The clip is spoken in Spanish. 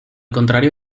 contrario